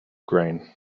grain